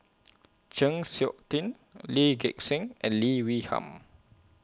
Chng Seok Tin Lee Gek Seng and Lee Wee Nam